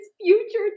future